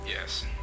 yes